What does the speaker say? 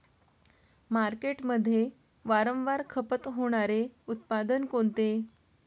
मार्केटमध्ये वारंवार खपत होणारे उत्पादन कोणते?